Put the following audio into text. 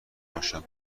باشم